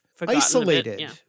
Isolated